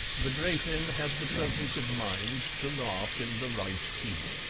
the grafin had the presence of mind to laugh in the right key.